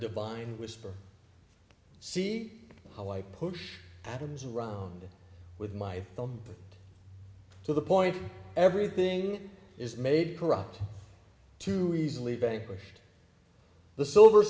divine whisper see how i push adam's around with my own to the point everything is made corrupt too easily vanquished the silver